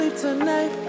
tonight